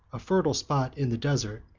a fertile spot in the desert,